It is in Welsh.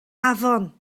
afon